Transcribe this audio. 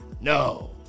No